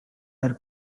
are